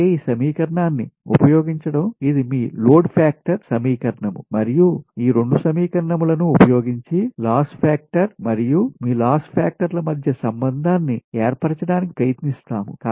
అంటే ఈ సమీకరణాన్ని ఉపయోగించడం ఇది మీ లోడ్ ఫాక్టర్ సమీకరణం మరియు ఈ రెండూ సమీకరణం లను ఉపయోగించి లాస్ ఫాక్టర్స్ మరియు మీ లాస్ ఫాక్టర్ మధ్య సంబంధాన్ని ఏర్పరచటానికి ప్రయత్నిస్తాము